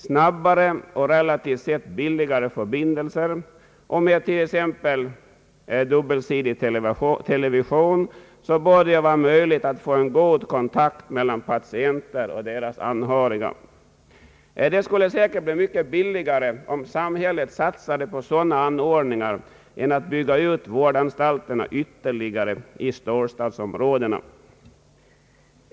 Snabbare och relativt sett billigare förbindelser och t.ex. dubbelsidig television bör kunna möjliggöra god kontakt mellan patienter och deras anhöriga. Det skulle säkert bli mycket billigare för samhället att satsa på sådana anordningar än att bygga ut vårdanstalterna ytterligare i storstadsområdena.